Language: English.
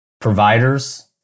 providers